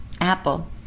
Apple